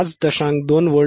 2 volt आहे